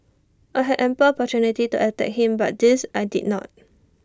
I had ample opportunity to attack him but this I did not